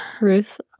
Ruth